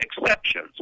Exceptions